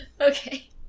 okay